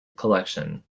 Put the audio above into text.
collection